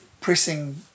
pressing